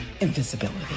Invisibility